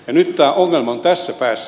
nyt tämä ongelma on tässä päässä